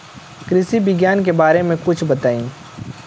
कृषि विज्ञान के बारे में कुछ बताई